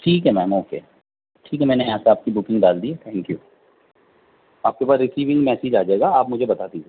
ٹھیک ہے ma'am okay ٹھیک ہے میں نے یہاں سے آپ کی بکنگ ڈال دی تھینک یو آپ کے پاس ریسونگ میسیج آ جائے گا آپ مجھے بتا دیجیے گا